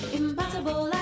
impossible